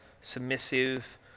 submissive